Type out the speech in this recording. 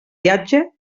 viatge